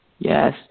Yes